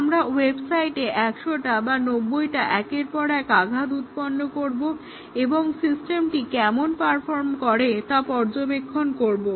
আমরা ওয়েবসাইটে 100টা বা 90টা একের পর এক আঘাত উৎপন্ন করবো এবং সিস্টেমটি কেমন পারফর্ম করে তা পর্যবেক্ষণ করবো